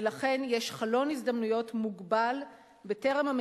ולכן יש חלון הזדמנויות מוגבל בטרם תחצה